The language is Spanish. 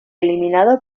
eliminado